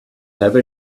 have